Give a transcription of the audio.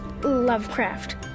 Lovecraft